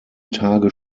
tage